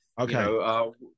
Okay